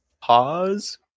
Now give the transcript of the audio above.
pause